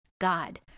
God